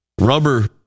rubber